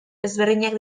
ezberdinak